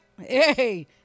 Hey